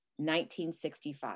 1965